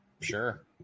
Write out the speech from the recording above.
Sure